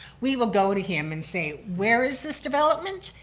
we will go to him and say, where is this development?